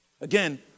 Again